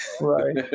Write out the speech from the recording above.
Right